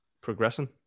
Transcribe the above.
progressing